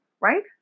right